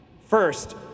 First